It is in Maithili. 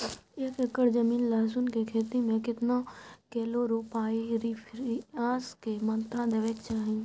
एक एकर जमीन लहसुन के खेती मे केतना कलोरोपाईरिफास के मात्रा देबै के चाही?